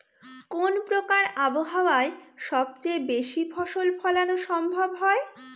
কোন প্রকার আবহাওয়ায় সবচেয়ে বেশি ফসল ফলানো সম্ভব হয়?